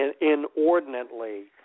inordinately